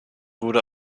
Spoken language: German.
wurde